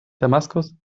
damaskus